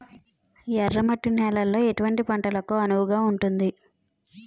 ఎర్ర మట్టి నేలలో ఎటువంటి పంటలకు అనువుగా ఉంటుంది?